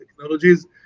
technologies